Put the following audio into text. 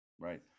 right